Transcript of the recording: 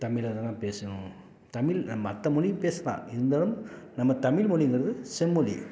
தமிழ்ல தான் நம்ம பேசணும் தமில் மற்ற மொழி பேசலாம் இருந்தாலும் நம்ம தமில்மொழிங்கிறது செம்மொழி